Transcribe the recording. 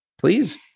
Please